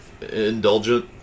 indulgent